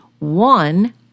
one